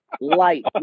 Light